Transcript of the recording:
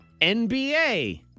NBA